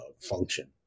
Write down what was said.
function